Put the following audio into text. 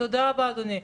תודה רבה, אדוני.